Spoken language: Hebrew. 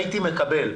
הייתי מקבל.